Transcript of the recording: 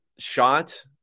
shot